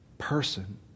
person